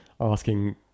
asking